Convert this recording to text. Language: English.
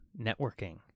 networking